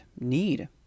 need